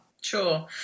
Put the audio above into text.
Sure